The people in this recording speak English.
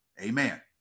amen